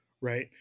right